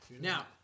Now